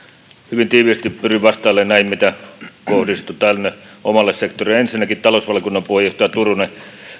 hyvin tiiviisti pyrin vastailemaan näihin mitä kohdistui tänne omalle sektorilleni ensinnäkin talousvaliokunnan puheenjohtaja turunen